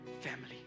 family